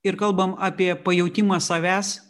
ir kalbam apie pajautimą savęs